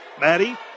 Maddie